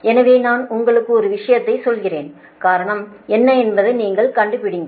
எனவே நான் உங்களுக்கு ஒரு விஷயத்தைச் சொல்கிறேன் காரணம் என்ன என்பதை நீங்கள் கண்டுபிடிப்பீர்கள்